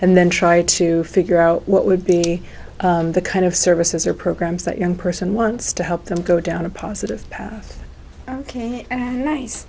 and then try to figure out what would be the kind of services or programs that young person wants to help them go down a positive path ok nice